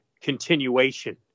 continuation